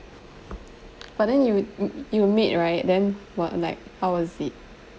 but then you you made right then what like how was it